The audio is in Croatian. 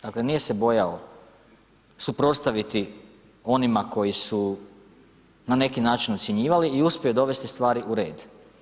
Dakle, nije se bojao suprotstaviti onima koji su na neki način ucjenjivali i uspjeli dovesti stvari u red.